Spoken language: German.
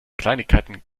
kleinigkeiten